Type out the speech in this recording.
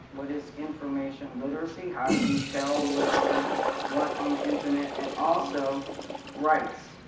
what is information literacy? how do you tell what's what on the internet? and also rights,